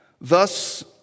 Thus